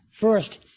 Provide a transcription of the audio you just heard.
first